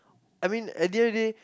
I mean at their day